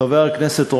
חבר הכנסת רוזנטל,